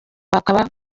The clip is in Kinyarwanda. bakaba